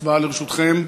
הצבעה, ברשותכם.